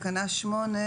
אבל בשכבה יש 90% מחוסנים,